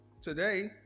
Today